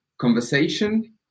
conversation